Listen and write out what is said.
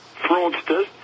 fraudsters